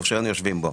או שאין יושבים בו".